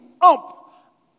up